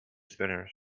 spinners